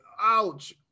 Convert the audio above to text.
ouch